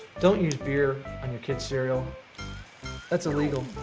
don't use beer on your kid's cereal that's illegal,